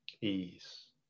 ease